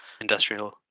industrial